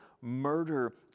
murder